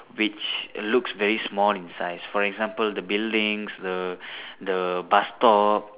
which looks very small in size for example the buildings the the bus stop